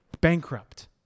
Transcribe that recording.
bankrupt